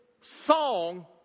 song